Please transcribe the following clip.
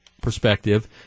perspective